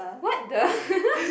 what the